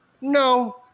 No